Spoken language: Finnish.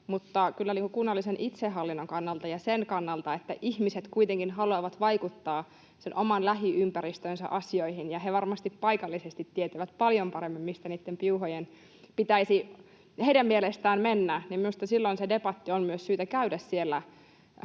kyllä kunnallisen itsehallinnon kannalta — ja sen kannalta, että ihmiset kuitenkin haluavat vaikuttaa sen oman lähiympäristönsä asioihin ja että he varmasti paikallisesti tietävät paljon paremmin, mistä niiden piuhojen pitäisi heidän mielestään mennä — se debatti on minusta syytä käydä siellä